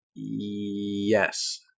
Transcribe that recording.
Yes